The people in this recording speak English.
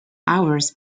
hours